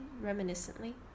reminiscently